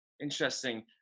Interesting